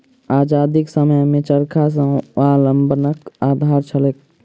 आजादीक समयमे चरखा स्वावलंबनक आधार छलैक